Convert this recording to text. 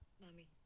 Mommy